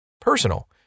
personal